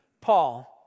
Paul